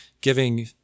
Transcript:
giving